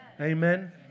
amen